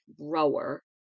grower